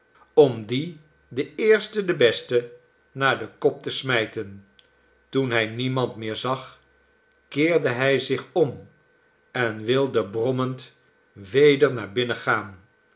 om die den eersten den besten naar den kop te smijten toen hij niemand meer zag keerde hij zich om en wilde brommend weder naar binnen gaan